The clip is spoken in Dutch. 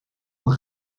van